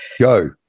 Go